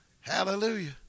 Hallelujah